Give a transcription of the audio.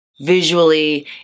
visually